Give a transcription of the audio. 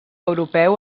europeu